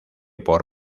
por